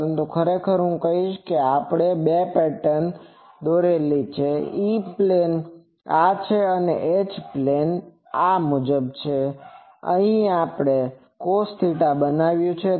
પરંતુ ખરેખર હું કહીશ કે આપણે જે બે પેટર્ન દોરેલી છે ઇ પ્લેન આ છે અને એચ પ્લેન પેટર્ન અહીં આપણે cosθ બનાવ્યું છે